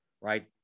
right